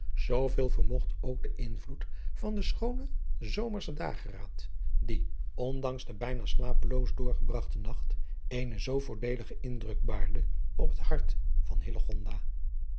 vermogt ook de invloed van den schoonen zomerschen dageraad die ondanks den bijna slapeloos doorgebragten nacht eenen zoo voordeeligen indruk baarde op het hart van